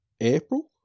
April